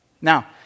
Now